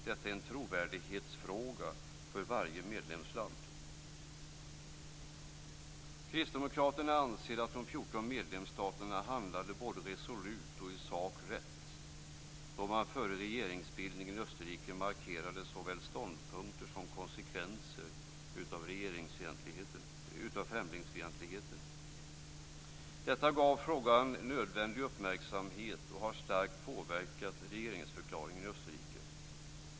Det är en trovärdighetsfråga för varje medlemsland. Kristdemokraterna anser att de 14 medlemsstaterna handlade både resolut och i sak riktigt då man före regeringsbildningen i Österrike markerade såväl ståndpunkter som konsekvenser av främlingsfientligheten. Det gav frågan nödvändig uppmärksamhet och har starkt påverkat regeringsförklaringen i Österrike.